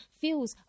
feels